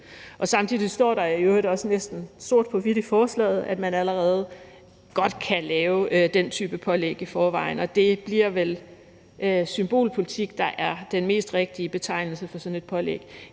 Samtidig står der i øvrigt også næsten sort på hvidt i forslaget, at man allerede godt kan lave den type pålæg i forvejen, og det er vel symbolpolitik, der så er den mest rigtige betegnelse for sådan et pålæg.